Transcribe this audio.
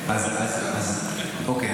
אוקיי.